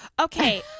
Okay